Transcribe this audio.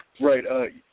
Right